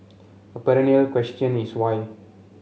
a perennial question is why